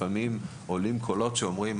לפעמים עולים קולות שאומרים,